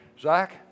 Zach